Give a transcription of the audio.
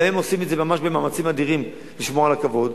גם הם עושים את זה ממש במאמצים אדירים לשמור על הכבוד,